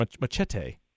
Machete